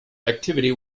activity